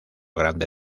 grande